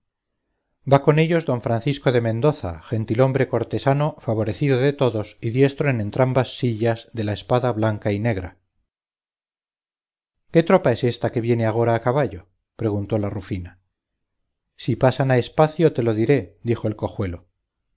va con ellos don francisco de mendoza gentilhombre cortesano favorecido de todos y diestro en entrambas sillas de la espada blanca y negra qué tropa es esta que viene agora a caballo preguntó la rufina si pasan a espacio te lo diré dijo el cojuelo